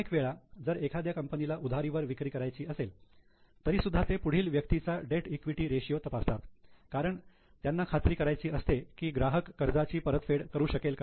अनेक वेळा जर एखाद्या कंपनीला उधारीवर विक्री करायची असेल तरी सुद्धा ते पुढील व्यक्तीचा डेट ईक्विटी रेशियो तपासतात कारण त्यांना खात्री करायची असते की ग्राहक कर्जाची परतफेड करू शकेल